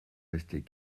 restait